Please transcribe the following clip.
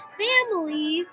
family